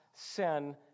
sin